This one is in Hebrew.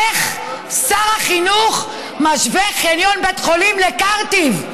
איך שר החינוך משווה חניון בית חולים לקרטיב?